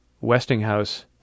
Westinghouse